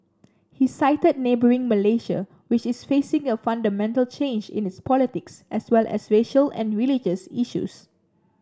he cited neighbouring Malaysia which is facing a fundamental change in its politics as well as racial and religious issues